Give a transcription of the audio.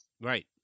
Right